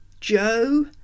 Joe